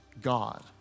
God